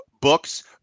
Books